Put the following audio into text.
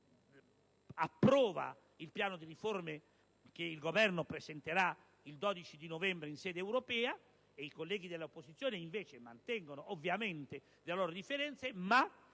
mio nome approva il Programma di riforma che il Governo presenterà il 12 novembre in sede europea e che i colleghi dell'opposizione invece mantengano, ovviamente, le loro differenze, ma